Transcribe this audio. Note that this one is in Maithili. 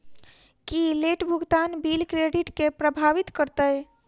की लेट भुगतान बिल क्रेडिट केँ प्रभावित करतै?